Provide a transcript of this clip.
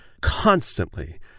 constantly